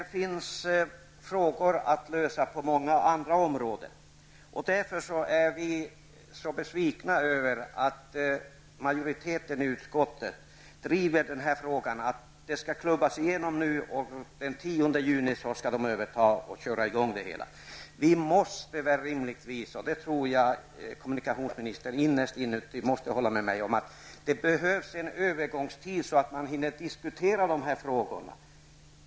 Det finns också frågor att lösa på många andra områden. Därför är vi besvikna över att utskottsmajoriteten har inställningen att det hela skall klubbas igenom för att det sedan skall kunna köras i gång den 10 juni. Vi måste rimligen konstatera -- och det tror jag att kommunikationsministern innerst inne håller med mig om -- att det behövs en övergångstid, så att frågorna hinner diskuteras.